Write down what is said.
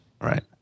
Right